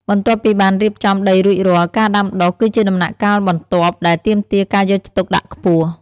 បន្ទាប់ពីបានរៀបចំដីរួចរាល់ ការដាំដុះគឺជាដំណាក់កាលបន្ទាប់ដែលទាមទារការយកចិត្តទុកដាក់ខ្ពស់។